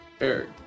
Eric